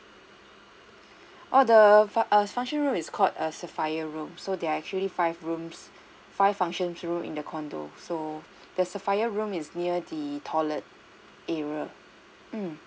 oh the f~ uh function room is called err sapphire room so there are actually five rooms five function rooms in the condo so the sapphire room is near the toilet area mm